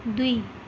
दुई